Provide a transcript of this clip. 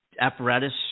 apparatus